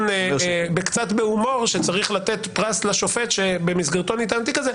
קצת בהומור שצריך לתת פרס לשופט שבמסגרתו נטען תיק כזה,